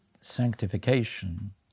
sanctification